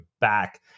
back